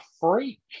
freak